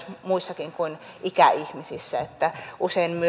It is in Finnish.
muissakin kuin ikäihmisissä usein